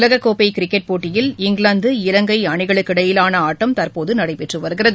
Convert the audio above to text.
உலகக் கோப்பைகிரிக்கெட் போட்டியில் இங்கிலாந்து இலங்கைஅணிகளுக்கு இடையிலானஆட்டம் தற்போதுநடைபெற்றுவருகிறது